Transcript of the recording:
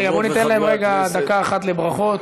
רגע, ניתן להם דקה אחת לברכות.